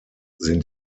sind